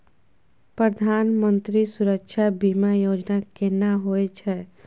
प्रधानमंत्री सुरक्षा बीमा योजना केना होय छै?